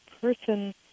person